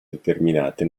determinate